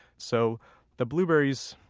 so the blueberries,